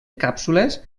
càpsules